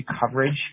coverage